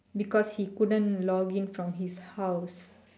because he couldn't login from his house